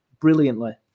brilliantly